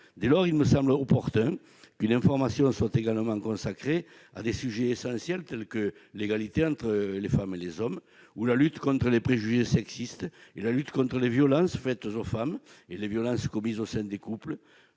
Dès lors, il me semble opportun qu'une information soit également dispensée à cette occasion sur des sujets essentiels comme l'égalité entre les femmes et les hommes, la lutte contre les préjugés sexistes, la lutte contre les violences faites aux femmes et les violences commises au sein du couple.